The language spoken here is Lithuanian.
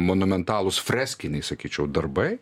monumentalūs freskiniai sakyčiau darbai